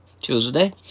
Tuesday